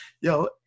yo